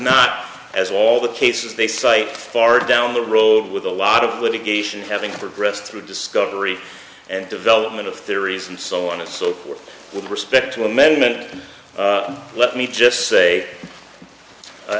not as all the cases they cite far down the road with a lot of litigation having progressed through discovery and development of theories and so on and so forth with respect to amendment let me just say